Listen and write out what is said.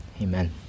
Amen